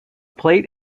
plate